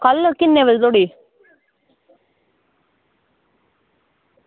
कल्ल किन्ने बजे धोड़ी